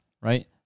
right